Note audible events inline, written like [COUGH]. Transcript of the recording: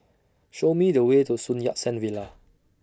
Show Me The Way to Sun Yat Sen Villa [NOISE]